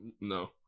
No